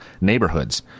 neighborhoods